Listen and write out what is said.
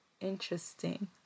interesting